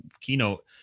keynote